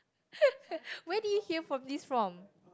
where did you hear from this from